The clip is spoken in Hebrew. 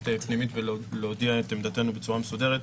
פנימית ולהודיע את עמדתנו בצורה מסודרת.